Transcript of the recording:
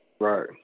Right